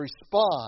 respond